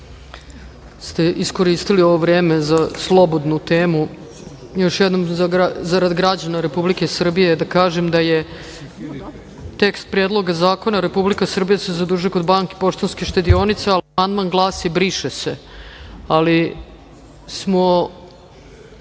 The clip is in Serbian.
ste iskoristili ovo vreme za slobodnu temu. Još jednom zarad građana Republike Srbije, da kažem da je tekst Predloga zakona Republika Srbija se zadužuje kod Banke Poštanske štedionice, a amandman glasi – briše se. U